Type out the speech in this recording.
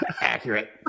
Accurate